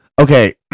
Okay